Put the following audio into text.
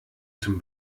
zum